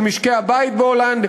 של משקי-הבית בהולנד,